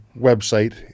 website